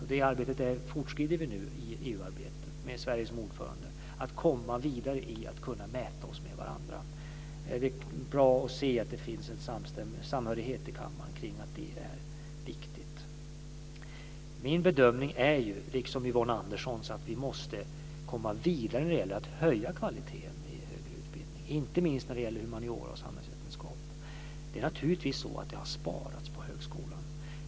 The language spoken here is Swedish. I det arbetet fortskrider vi nu i EU-arbetet med Sverige som ordförande, att komma vidare i att kunna mäta oss med varandra. Det är bra att se att det finns en samhörighet i kammaren kring att det är viktigt. Min bedömning är, liksom Yvonne Anderssons, att vi måste komma vidare när det gäller att höja kvaliteten i högre utbildning, inte minst när det gäller humaniora och samhällsvetenskap. Det har naturligtvis sparats på högskolan.